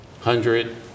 hundred